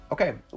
Okay